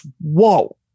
whoa